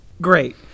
Great